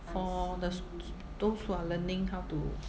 for the those who are learning how to